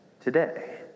today